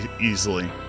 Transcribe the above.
easily